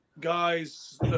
guys